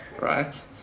right